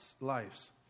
lives